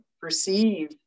perceive